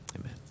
Amen